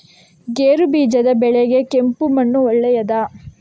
ಗೇರುಬೀಜದ ಬೆಳೆಗೆ ಕೆಂಪು ಮಣ್ಣು ಒಳ್ಳೆಯದಾ?